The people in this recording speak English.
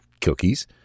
cookies